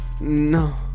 No